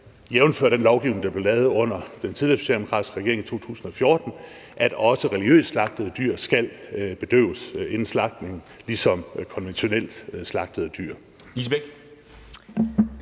jævnfør den lovgivning, der blev lavet under den tidligere socialdemokratiske regering i 2014 om, at også religiøst slagtede dyr skal bedøves inden slagtning ligesom konventionelt slagtede dyr.